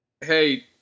Hey